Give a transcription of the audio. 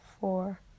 four